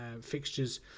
fixtures